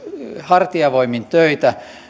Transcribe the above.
hartiavoimin töitä